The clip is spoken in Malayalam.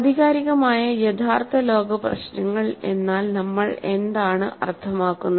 ആധികാരികമായ യഥാർത്ഥ ലോക പ്രശ്നങ്ങൾ എന്നാൽ നമ്മൾ എന്താണ് അർത്ഥമാക്കുന്നത്